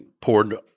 poured –